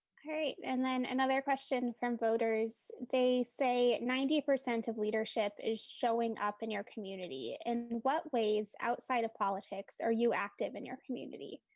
and then another question from voters. they say ninety percent of leadership is showing up in your community, in what ways outside of politics are you active in your community?